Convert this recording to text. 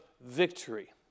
victory